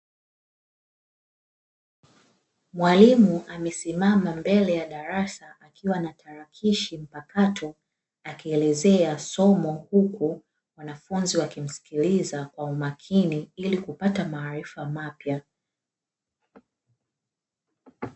Mwalimu amesimama mbele ya darasa akiwa na tarakishi mpakato anaelezea somo, huku wanafunzi wakimsikiliza kwa umakini ili kuweza kupata marifa mapya.